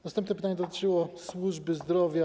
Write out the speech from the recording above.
Następne pytanie dotyczyło służby zdrowia.